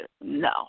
no